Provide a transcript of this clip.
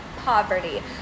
Poverty